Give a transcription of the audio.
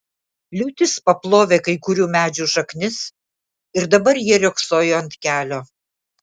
liūtis paplovė kai kurių medžių šaknis ir dabar jie riogsojo ant kelio